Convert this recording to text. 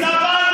שבענו.